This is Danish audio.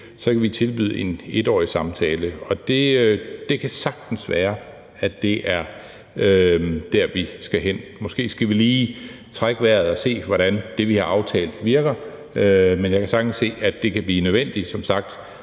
så kan vi tilbyde én samtale hvert år. Og det kan sagtens være, at det er der, vi skal hen. Måske skal vi lige trække vejret og se, hvordan det, vi har aftalt, virker. Men jeg kan sagtens se, at det kan blive nødvendigt. Som sagt